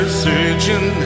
searching